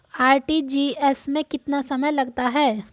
RTGS में कितना समय लगता है?